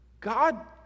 God